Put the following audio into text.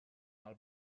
mal